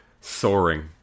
Soaring